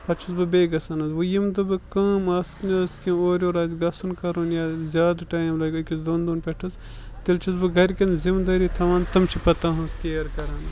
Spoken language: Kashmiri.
پَتہٕ چھُس بہٕ بیٚیہِ گژھان حظ وۄنۍ ییٚمہِ دۄہ بہٕ کٲم آسہٕ مےٚ آسہِ کیٚنٛہہ اورٕ یورٕ آسہِ گژھُن کَرُن یا زیادٕ ٹایِم لَگہِ أکِس دۄن دۄہَن پٮ۪ٹھ حظ تیٚلہِ چھُس بہٕ گَرِکٮ۪ن ذِمہٕ دٲری تھاوان تِم چھِ پَتہٕ تٕہٕنٛز کِیَر کَران حظ